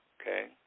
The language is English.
Okay